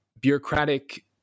bureaucratic